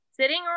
Sitting